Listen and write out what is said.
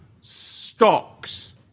stocks